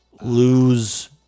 lose